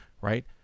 right